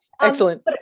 Excellent